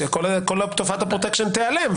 שכל תופעת הפרוטקשן תיעלם,